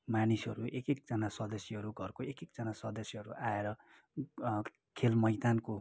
मानिसहरू एक एकजना सदस्यहरू घरको एक एकजना सदस्यहरू आएर खेल मैदानको